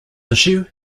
issue